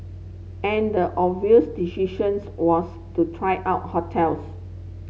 and the obvious decisions was to try out hotels